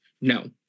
No